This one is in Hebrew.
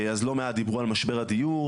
אז לא מעט דיברו על משבר הדיור,